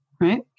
right